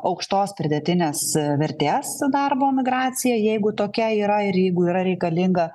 aukštos pridėtinės vertės darbo migracija jeigu tokia yra ir jeigu yra reikalinga